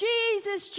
Jesus